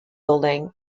building